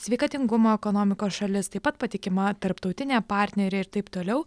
sveikatingumo ekonomikos šalis taip pat patikima tarptautinė partnerė ir taip toliau